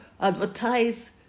advertise